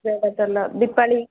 ଜଡ଼ା ତେଲ ଦିପାଳୀ